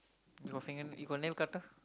you got fingernail you got nail cutter